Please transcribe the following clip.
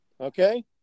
Okay